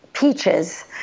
peaches